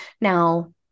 Now